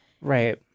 right